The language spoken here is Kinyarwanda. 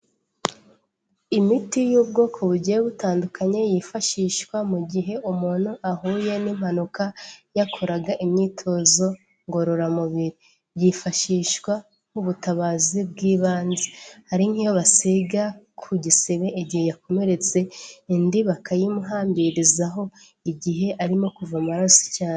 Imiti y'ubwoko bugiye butandukanye yifashishwa mu gihe umuntu ahuye n'impanuka yakoraga imyitozo ngororamubiri. Yifashishwa nk'ubutabazi bw'ibanze. hari nk'iyo basiga ku gisebe igihe yakomeretse indi bakayimuhambirizaho igihe arimo kuva amaraso cyane.